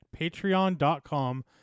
patreon.com